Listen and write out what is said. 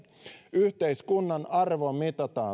yhteiskunnan arvo mitataan